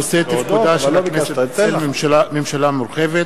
בעקבות דיון מהיר בנושא: תפקודה של הכנסת בצל ממשלה מורחבת,